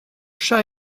chat